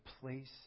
place